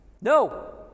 no